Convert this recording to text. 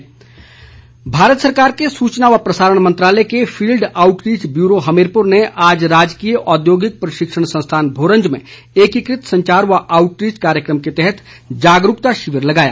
शिविर भारत सरकार के सूचना व प्रसारण मंत्रालय के फील्ड आउटरीच बयूरो हमीरपुर ने आज राजकीय औद्योगिक प्रशिक्षण संस्थान भोरंज में एकीकृत संचार व आउटरीच कार्यक्रम के तहत जागरूकता शिविर लगाया